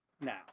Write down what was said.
now